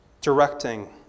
directing